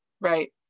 Right